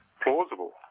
plausible